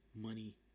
money